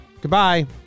Goodbye